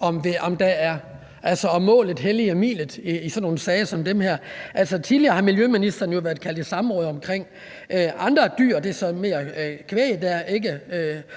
om målet helliger midlet i sådan nogle sager som den her. Tidligere har miljøministeren jo været kaldt i samråd om andre dyr, og det handlede om kvæg, der ikke